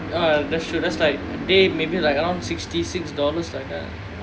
ah that's true that's like they maybe like around sixty six dollars like that